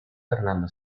fernando